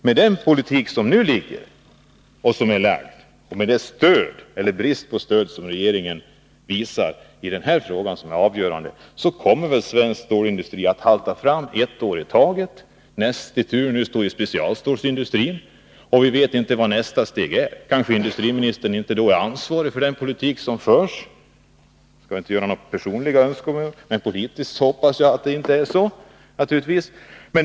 Med den politik som nu gäller, med den brist på stöd som regeringen visar i den här avgörande frågan, kommer svensk stålindustri att halta fram ett år i taget. Näst i tur nu står specialstålindustrin, och vi vet inte vad nästa steg är. Kanske industriministern inte då är ansvarig för den politik som förs. Jag skall inte göra några personliga angrepp, men ur politisk synpunkt hoppas jag naturligtvis att det inte är så.